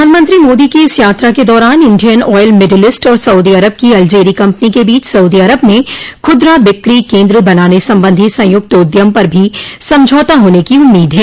प्रधानमंत्री मोदी की इस यात्रा के दौरान इंडियन ऑयल मिडिलिस्ट और सऊदी अरब की अल जेरी कंपनी के बीच सऊदी अरब में खुदरा बिक्री केन्द्र बनाने संबंधी संयुक्त उद्यम पर भी समझौता होने की उम्मीद है